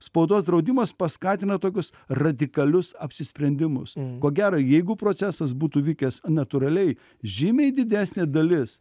spaudos draudimas paskatina tokius radikalius apsisprendimus ko gero jeigu procesas būtų vykęs natūraliai žymiai didesnė dalis